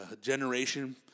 generation